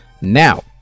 Now